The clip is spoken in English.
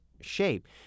shape